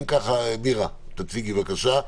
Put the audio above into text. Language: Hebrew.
אם ככה, מירה, תציגי בבקשה.